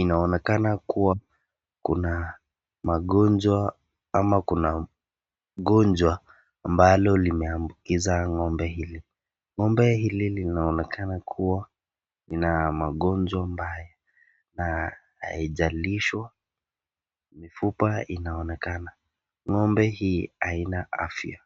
inaonekana kuwa kuna magonjwa ama kuna ugonjwa ambalo limeambukiza ng'ombe hili. Ng'ombe hili linaonekana kuwa lina magonjwa mbaya na haijalishwa mifupa inaonekana. Ng'ombe hii haina afya.